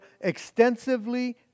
extensively